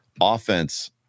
Offense